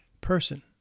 person